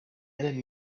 and